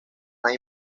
más